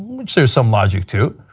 which there's some logic to,